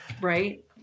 Right